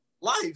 life